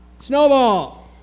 snowball